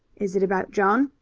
is it about john?